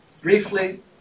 briefly